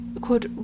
quote